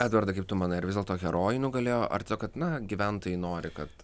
edvardai kaip tu manai ar vis dėlto herojai nugalėjo ar tiesiog kad na gyventojai nori kad